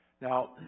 Now